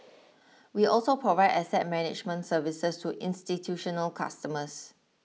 we also provide asset management services to institutional customers